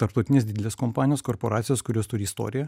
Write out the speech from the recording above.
tarptautinės didelės kompanijos korporacijos kurios turi istoriją